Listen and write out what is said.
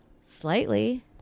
Slightly